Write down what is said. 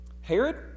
Herod